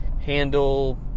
handle